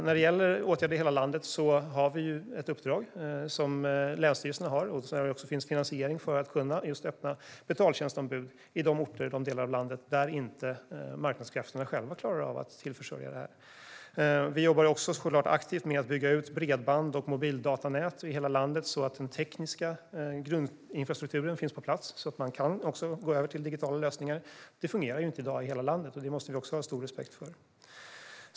När det gäller åtgärder i hela landet har länsstyrelserna ett uppdrag och det finns finansiering för att öppna betaltjänstombud på de orter och i de delar av landet där inte marknadskrafterna själva klarar av försörjningen. Vi jobbar aktivt med att bygga ut bredband och mobildatanät i hela landet för att den tekniska grundinfrastrukturen ska finnas på plats så att man ska kunna gå över till digitala lösningar. Det fungerar i dag inte i hela landet, och det måste vi ha stor respekt för.